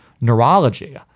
neurology